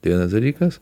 tai vienas dalykas